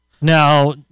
Now